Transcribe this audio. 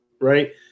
right